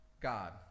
God